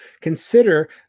Consider